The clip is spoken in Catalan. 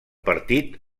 partit